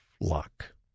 luck